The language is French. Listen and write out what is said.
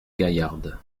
gaillarde